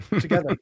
together